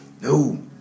No